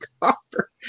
copper